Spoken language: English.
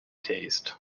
taste